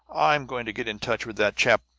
i'm going to get in touch with that chap,